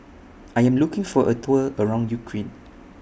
I Am looking For A Tour around Ukraine